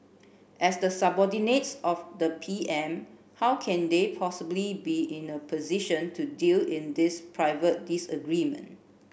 as the subordinates of the P M how can they possibly be in a position to deal in this private disagreement